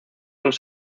los